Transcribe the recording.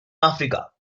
africa